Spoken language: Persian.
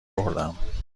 بردم